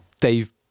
Dave